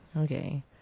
okay